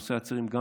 ולא סתם אמרתי,